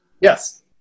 Yes